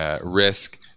risk